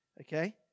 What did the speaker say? Okay